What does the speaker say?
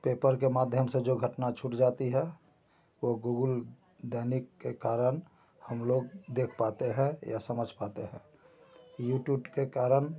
paper के माध्यम से जो घटना छूट जाती है वो गूगुल दैनिक के कारण हम लोग देख पाते हैं या समझ पाते हैं यूटूट के कारण